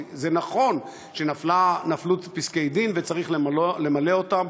זה נכון שנפלו פסקי-דין וצריך למלא אותם.